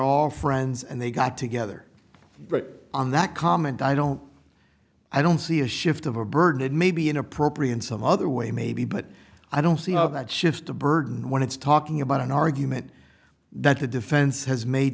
all friends and they got together on that comment i don't i don't see a shift of a burden it may be inappropriate in some other way maybe but i don't see of that shift the burden when it's talking about an argument that the defense has made